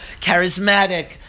charismatic